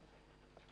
נכון.